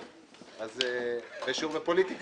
היה שיעור בפוליטיקה גם.